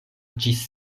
ĝis